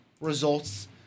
results